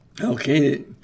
Okay